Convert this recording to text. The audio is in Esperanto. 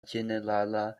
ĝenerala